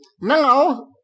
Now